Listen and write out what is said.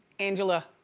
angela,